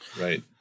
Right